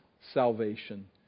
salvation